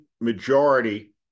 majority